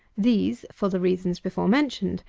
these, for the reasons before-mentioned,